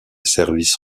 service